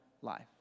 life